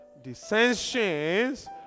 dissensions